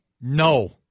no